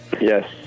Yes